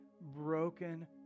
broken